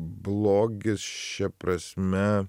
blogis šia prasme